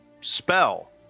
spell